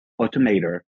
automator